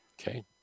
Okay